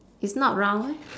it's not round meh